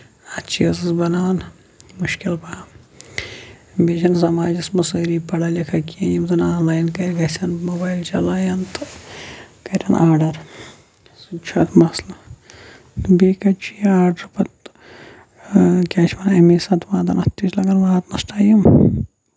اَتھ چھِ أسۍ بَناوان مُشکِل پَہن بیٚیہِ چھِ نہٕ سَماجَس منٛز سٲری زیادٕ پَڑا لِکھ کیٚنٛہہ یِم زَن آن لاین گژھن موبایل چلاوان کَرن آرڈر سُہ تہِ چھُ اکھ مَسلہٕ بیٚیہِ کَتہِ چھُ یہِ آرڈر پَتہٕ کیاہ چھِ اَتھ وَنان اَمہِ ساتہٕ واتان اَتھ تہِ چھِ لگان واتنَس ٹایم